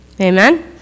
amen